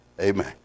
Amen